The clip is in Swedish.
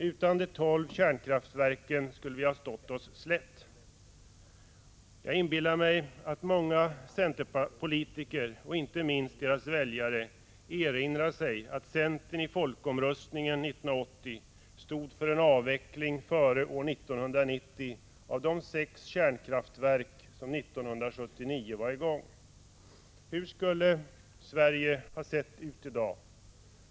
Utan de tolv kärnkraftverken skulle vi ha stått oss slätt. Jag inbillar mig att många centerpolitiker, och inte minst deras väljare, erinrar sig att centern i folkomröstningen 1980 stod för en avveckling före år 1990 av de sex kärnkraftverk som 1979 var i gång. Hur skulle Sverige ha sett ut i dag?